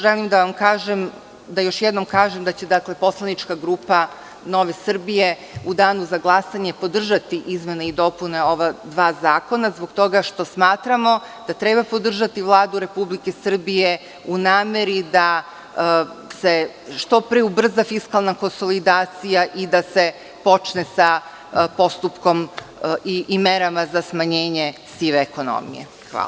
Želim da vam još jednom kažem da će poslanička grupa Nove Srbije u Danu za glasanje podržati izmene i dopune ova dva zakona, zbog toga što smatramo da treba podržati Vladu Republike Srbije u nameri da se što pre ubrza fiskalna konsolidacija i da se počne sa postupkom i merama za smanjenje sive ekonomije.